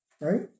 right